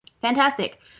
Fantastic